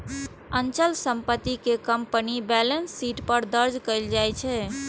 अचल संपत्ति कें कंपनीक बैलेंस शीट पर दर्ज कैल जाइ छै